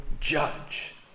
judge